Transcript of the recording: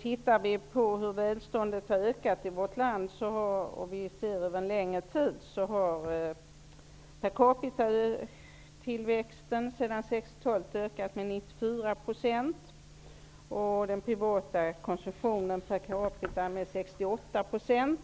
Tittar vi på hur välståndet har ökat i vårt land över en längre tid, finner vi att per capita-tillväxten sedan 60-talet har ökat med 94 %. Den privata konsumtionen har ökat med 68 % per capita.